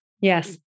Yes